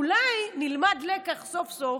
אולי נלמד לקח סוף-סוף: